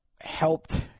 helped